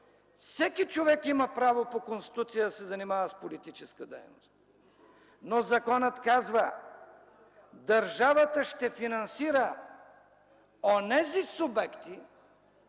всеки човек има право по Конституция да се занимава с политическа дейност, но законът казва: „Държавата ще финансира онези субекти,